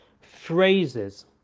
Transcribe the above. phrases